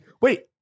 Wait